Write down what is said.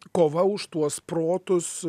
kova už tuos protus